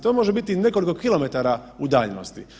To može biti i nekoliko kilometara udaljenosti.